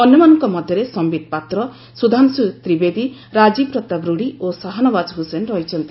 ଅନ୍ୟମାନଙ୍କ ମଧ୍ୟରେ ସମ୍ଭିତ ପାତ୍ର ସୁଧାଂଶୁ ତ୍ରିବେଦୀ ରାଜୀବ ପ୍ରତାପ ରୁଢ଼ୀ ଓ ସାହାନବାଜ ହୁସେନ ରହିଛନ୍ତି